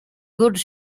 goods